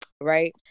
right